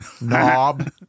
Knob